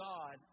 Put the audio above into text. God